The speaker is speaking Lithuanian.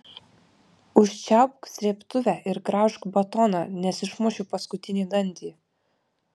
užčiaupk srėbtuvę ir graužk batoną nes išmušiu paskutinį dantį